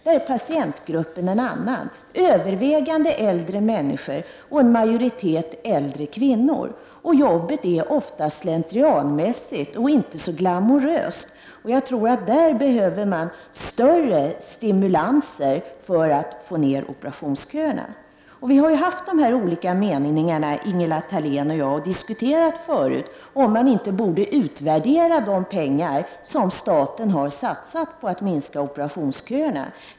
Där är patientgruppen en annan, nämligen övervägande äldre människor, och en majoritet är äldre kvinnor. Jobbet är oftast slentrianmässigt och inte så glamoröst. Jag tror att man där behöver större stimulanser för att få ned operationsköerna. Ingela Thalén och jag har olika meningar om detta. Vi har tidigare diskuterat om man inte borde utvärdera användningen av de pengar som staten har satsat på att minska operationsköerna.